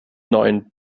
neuen